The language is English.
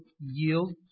yield